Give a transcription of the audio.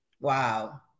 Wow